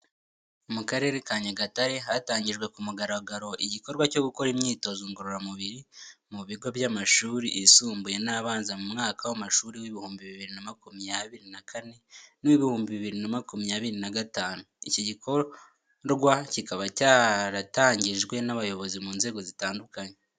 Mu karere ka Nyagatare hatangijwe ku mugaragaro igikorwa cyo gukora imyitozo ngororamubiri mu bigo by'amashuri yisumbuye n'abanza mu mwaka w'amashuri w'ibihumbi bibiri na makumyabiri na kane n'uw'ibihumbi bibiri na makumyabiri na gatanu. Iki gikora kikaba cyatangijwe n'abayobozi mu nzego zitandukanye.